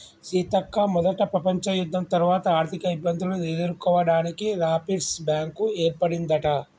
సీతక్క మొదట ప్రపంచ యుద్ధం తర్వాత ఆర్థిక ఇబ్బందులను ఎదుర్కోవడానికి రాపిర్స్ బ్యాంకు ఏర్పడిందట